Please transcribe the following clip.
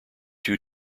two